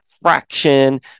Fraction